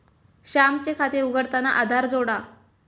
श्यामचे खाते उघडताना आधार जोडा